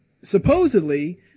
supposedly